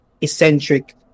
eccentric